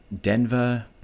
Denver